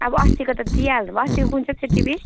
अब अस्तिको त दिइहाल्नुभयो अस्तिको कुन चाहिँ थियो टिभी